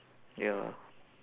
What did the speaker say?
ya